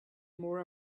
more